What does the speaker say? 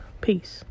peace